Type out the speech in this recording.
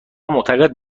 معتقد